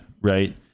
Right